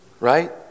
right